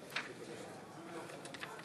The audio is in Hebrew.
מצביעה יאיר לפיד,